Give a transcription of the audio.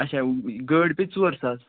اَچھا گٲڑی پےٚ ژور ساس